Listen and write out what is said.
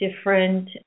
different